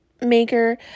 maker